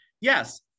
Yes